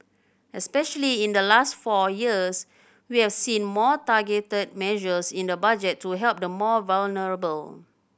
especially in the last four years we've seen more targeted measures in the Budget to help the more vulnerable